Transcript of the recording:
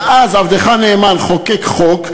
ואז עבדך הנאמן חוקק חוק,